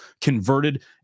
converted